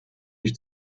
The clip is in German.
ich